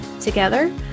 Together